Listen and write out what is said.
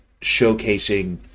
showcasing